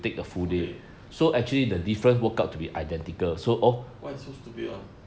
full day why you so stupid [one]